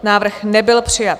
Návrh nebyl přijat.